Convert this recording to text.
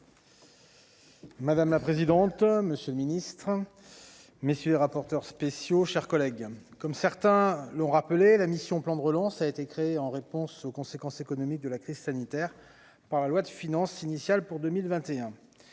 Madame la présidente, monsieur le ministre, messieurs les rapporteurs spéciaux, chers collègues, comme certains l'ont rappelé la mission plan de relance, a été créée en réponse aux conséquences économiques de la crise sanitaire par la loi de finances initiale pour 2021,